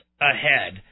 ahead